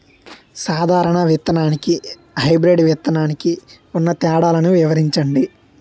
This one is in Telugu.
సాధారణ విత్తననికి, హైబ్రిడ్ విత్తనానికి ఉన్న తేడాలను వివరించండి?